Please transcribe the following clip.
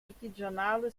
artigianale